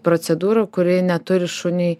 procedūra kuri neturi šuniui